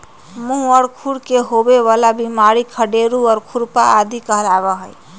मुह और खुर में होवे वाला बिमारी खंडेरू, खुरपा आदि कहलावा हई